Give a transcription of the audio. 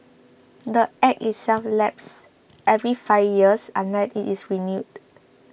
the Act itself lapses every five years unless it is renewed